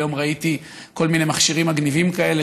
היום ראיתי כל מיני מכשירים מגניבים כאלה,